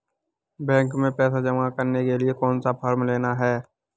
Bank में पैसा जमा करने के लिए कौन सा फॉर्म लेना है?